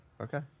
Okay